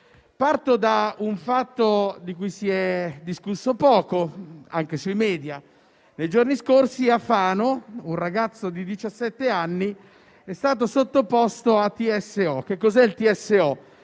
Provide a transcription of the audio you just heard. Parto da un fatto di cui si è discusso poco, anche sui *media*: nei giorni scorsi a Fano un ragazzo di diciotto anni è stato sottoposto a TSO. Che cos'è un TSO?